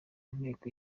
inteko